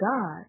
God